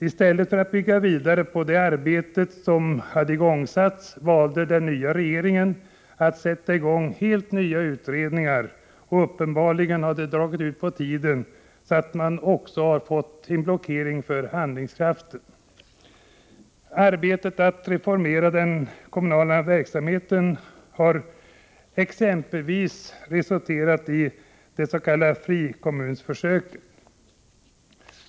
I stället för att bygga vidare på det arbete som hade påbörjats valde den nya regeringen att sätta i gång med helt nya utredningar. Uppenbarligen har arbetet dragit ut på tiden. Därmed har man blockerat handlingskraften. Arbetet med att reformera den kommunala verksamheten har exempelvis resulterat i det s.k. frikommunsförsöket.